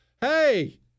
Hey